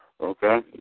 Okay